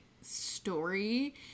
story